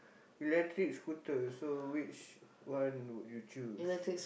electric scooter so which one would you choose